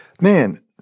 man